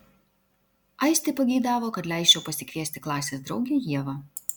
aistė pageidavo kad leisčiau pasikviesti klasės draugę ievą